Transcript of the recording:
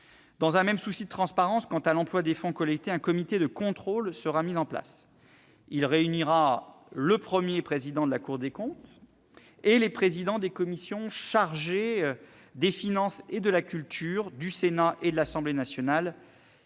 Dans un même souci de transparence quant à l'emploi des fonds collectés, un comité de contrôle sera mis en place. Il réunira le Premier président de la Cour des comptes et les présidents des commissions chargées des finances et de la culture du Sénat et de l'Assemblée nationale.